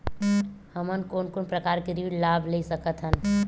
हमन कोन कोन प्रकार के ऋण लाभ ले सकत हन?